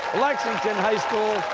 lexington high school,